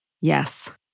Yes